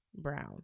Brown